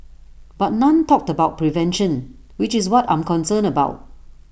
but none talked about prevention which is what I'm concerned about